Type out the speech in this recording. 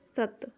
ਸੱਤ